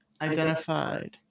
identified